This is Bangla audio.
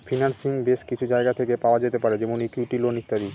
ফিন্যান্সিং বেস কিছু জায়গা থেকে পাওয়া যেতে পারে যেমন ইকুইটি, লোন ইত্যাদি